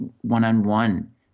one-on-one